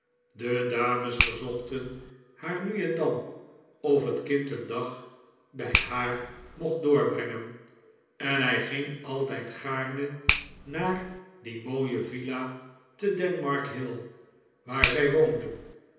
de dames verzochten haar nu en dan of het kind een dag bij haar mocht doorbrengen en hij ging altijd gaarne naar die mooie villa te denmark hill waar zij woonden